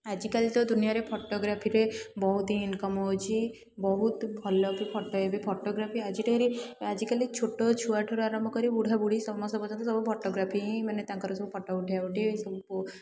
ଆଜିକାଲି ତ ଦୁନିଆରେ ଫଟୋଗ୍ରାଫିରେ ବହୁତି ଇନକମ୍ ହେଉଛି ବହୁତ ଭଲ ଭଲ କି ଫଟୋଗ୍ରାଫି ଏବେ ଫଟୋଗ୍ରାଫି ଆଜିକା ଡେ'ରେ ଆଜିକାଲି ଛୋଟଛୁଆଠାରୁ ଆରମ୍ଭ କରି ବୁଢ଼ାବୁଢ଼ୀ ସମସ୍ତ ପର୍ଯ୍ୟନ୍ତ ସବୁ ଫଟୋଗ୍ରାଫି ହିଁ ମାନେ ତାଙ୍କର ସବୁ ଫଟୋ ଉଠାଉଠି ସବୁ